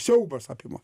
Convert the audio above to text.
siaubas apima